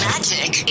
Magic